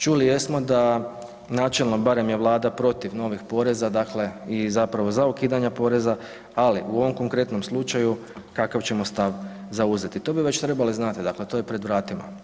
Čuli jesmo da načelo je barem Vlada protiv novih poreza, dakle i zapravo za ukidanje poreza, ali u ovom konkretnom slučaju kakav ćemo stav zauzeti, to bi već trebali znati, dakle to je pred vratima.